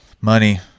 money